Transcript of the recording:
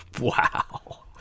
Wow